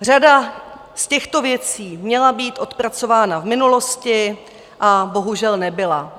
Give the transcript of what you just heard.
Řada z těchto věcí měla být odpracována v minulosti a bohužel nebyla.